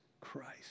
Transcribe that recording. Christ